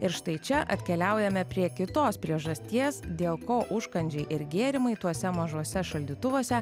ir štai čia atkeliaujame prie kitos priežasties dėl ko užkandžiai ir gėrimai tuose mažuose šaldytuvuose